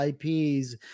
IPs